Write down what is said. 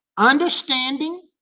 understanding